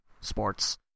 sports